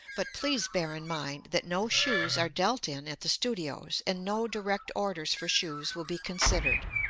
but please bear in mind that no shoes are dealt in at the studios and no direct orders for shoes will be considered.